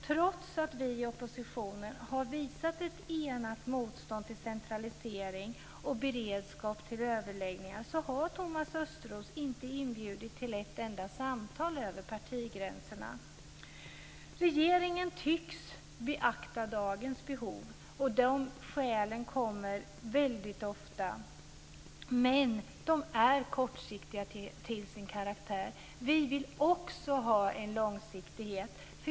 Trots att vi i oppositionen har visat ett enat motstånd mot centralisering och beredskap till överläggningar så har Thomas Östros inte inbjudit till ett enda samtal över partigränserna. Regeringen tycks beakta dagens behov. Och skälen för detta kommer väldigt ofta, men de är kortsiktiga till sin karaktär. Vi vill också ha en långsiktighet.